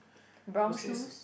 brown shoes